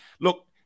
Look